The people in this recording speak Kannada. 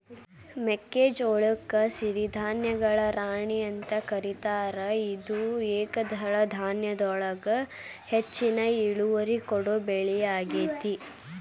ಮೆಕ್ಕಿಜೋಳಕ್ಕ ಸಿರಿಧಾನ್ಯಗಳ ರಾಣಿ ಅಂತ ಕರೇತಾರ, ಇದು ಏಕದಳ ಧಾನ್ಯದೊಳಗ ಹೆಚ್ಚಿನ ಇಳುವರಿ ಕೊಡೋ ಬೆಳಿಯಾಗೇತಿ